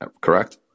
correct